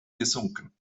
gesunken